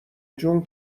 جون